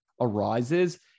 arises